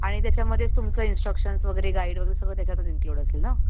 आणि त्याच्यामध्ये तुमचं इन्स्ट्रक्शन्स वगैरे गाईड वगैरे सगळं त्याच्यातच इंक्लूड असेल ना